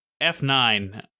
F9